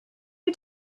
who